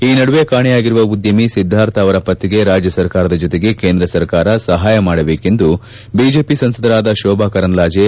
ಈ ನಡುವೆ ಕಾಣೆಯಾಗಿರುವ ಉದ್ಯಮಿ ಸಿದ್ದಾರ್ಥ ಅವರ ಪತ್ತೆಗೆ ರಾಜ್ಯ ಸರ್ಕಾರದ ಜೊತೆಗೆ ಕೇಂದ್ರ ಸರ್ಕಾರ ಸಹಾಯ ಮಾಡಬೇಕೆಂದು ಬಿಜೆಪಿ ಸಂಸದರಾದ ಶೋಭಾಕರಂದ್ಲಾಜೆ